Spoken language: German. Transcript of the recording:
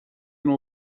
nur